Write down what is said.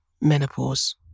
menopause